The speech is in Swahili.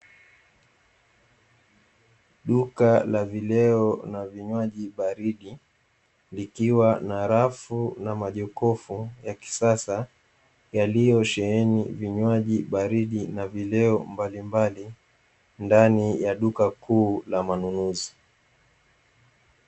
Duka la vileo na vinywaji baridi likiwa na rafu na majokofu ya kisasa yaliyosheheni vinywaji baridi na vileo mbalimbali ndani ya duka kuu la manunuzi.